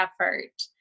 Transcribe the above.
effort